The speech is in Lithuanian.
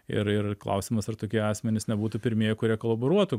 ir ir klausimas ar tokie asmenys nebūtų pirmieji kurie kolaboruotų